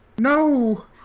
No